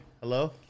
Hello